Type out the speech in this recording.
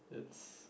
it's